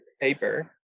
paper